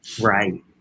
right